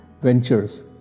ventures